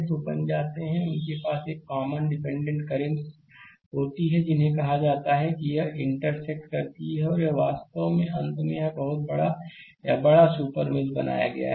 तो बन जाते हैं उनके पास एक कॉमन डिपेंडेंट करंट होती हैं जिन्हें कहा जाता है कि यह इंटरसेक्ट करती हैं और यह वास्तव में अंत में यह एक बड़ा या एक बड़ा सुपर मेष बन गया है